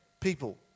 people